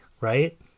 right